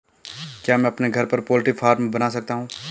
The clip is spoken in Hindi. क्या मैं अपने घर पर पोल्ट्री फार्म बना सकता हूँ?